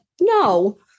no